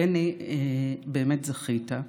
בני, באמת זכית.